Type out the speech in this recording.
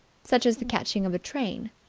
such as the catching of a train.